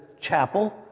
chapel